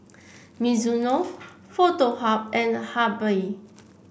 Mizuno Foto Hub and Habibie